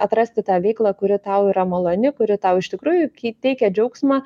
atrasti tą veiklą kuri tau yra maloni kuri tau iš tikrųjų teikia džiaugsmą